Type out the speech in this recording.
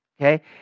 Okay